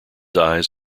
eyes